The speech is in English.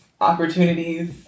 opportunities